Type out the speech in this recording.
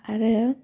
आरो